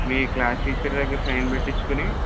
నీ class teacher దగ్గర sign పెట్టించుకుని